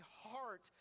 heart